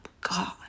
God